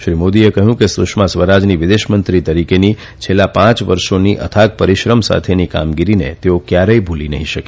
શ્રી મોદીએ કહયું કે સુષ્મા સ્વરાજની વિદેશ મંત્રી તરીકેની છેલ્લા પાંચ વર્ષોની થાગ પરીશ્રમ સાથેની કામગીરીને તેઓ કયારેથ નહી ભુલી શકે